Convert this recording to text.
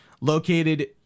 Located